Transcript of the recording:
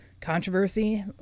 controversy